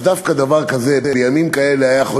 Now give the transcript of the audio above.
אז דווקא דבר כזה בימים כאלה היה יכול